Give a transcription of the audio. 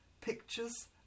pictures